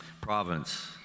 province